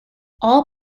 all